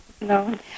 No